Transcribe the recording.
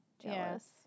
Yes